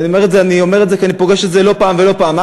אני אומר את זה כי אני פוגש את זה לא פעם ולא פעמיים,